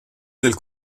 del